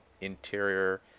interior